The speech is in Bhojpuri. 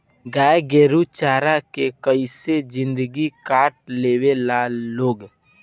गाय गोरु चारा के कइसो जिन्दगी काट लेवे ला लोग